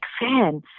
fan